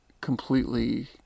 completely